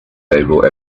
able